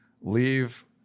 leave